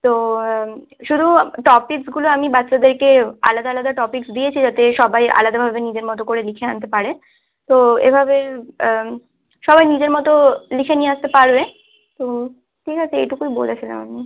তো শুদু টপিকসগুলো আমি বাচ্চাদেরকে আলাদা আলাদা টপিকস দিয়েছি যাতে সবাই আলাদাভাবে নিজের মতো করে লিখে আনতে পারে তো এভাবে সবাই নিজের মতো লিখে নিয়ে আসতে পারবে তো ঠিক আছে এইটুকুই বলেছিলাম আমি